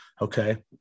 Okay